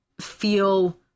feel